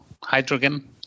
hydrogen